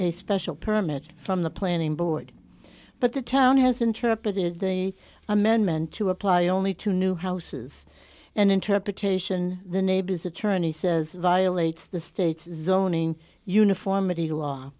a special permit from the planning board but the town has interpreted the amendment to apply only to new houses and interpretation the neighbor's attorney says violates the state's zoning uniformity law